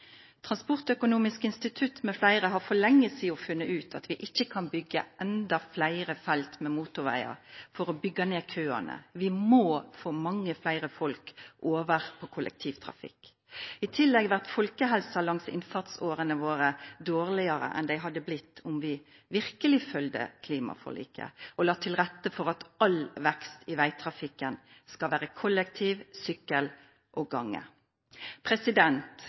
Transportøkonomisk institutt, med flere, har for lenge siden funnet ut at vi ikke kan bygge enda flere felt med motorveier for å bygge ned køene, vi må få mange flere folk over på kollektivtrafikk. I tillegg blir folkehelsen for folk langs innfartsårene våre dårligere enn den hadde blitt om vi virkelig fulgte klimaforliket og la til rette for at all vekst i veitrafikken skal komme ved satsing på kollektivtrafikk, sykkel og gange.